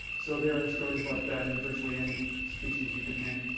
so there are stories like that in virtually any species you could name.